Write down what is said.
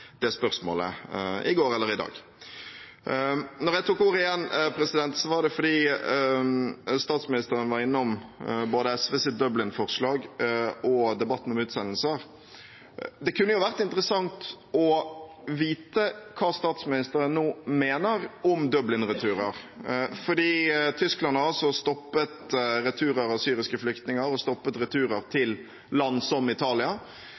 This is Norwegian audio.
det spørsmålet i går eller i dag. Når jeg tok ordet igjen, var det fordi statsministeren var innom både SVs Dublin-forslag og debatten om utsendelser. Det kunne vært interessant å vite hva statsministeren nå mener om Dublin-returer, for Tyskland har altså stoppet returer av syriske flyktninger og stoppet returer til land som Italia.